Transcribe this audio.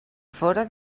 fóra